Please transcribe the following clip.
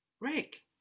Rick